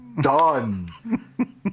done